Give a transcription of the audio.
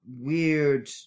weird